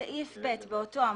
בסעיף (ב) באותו עמוד,